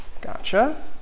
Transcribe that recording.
Gotcha